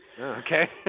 Okay